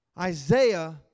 Isaiah